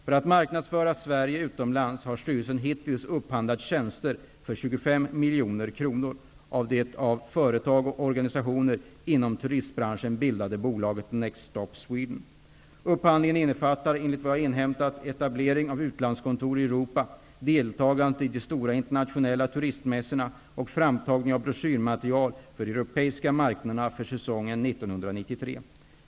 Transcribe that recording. För att marknadsföra Sverige utomlands har styrelsen hittills upphandlat tjänster för 25 miljoner kronor av det av företag och organisationer inom turismbranschen bildade bolaget Next Stop Sweden. Upphandlingen innefattar, enligt vad jag inhämtat, etablering av utlandskontor i Europa, deltagande i de stora internationella turismmässorna och framtagning av broschyrmaterial för de europeiska marknaderna för säsongen 1993.